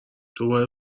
دوباره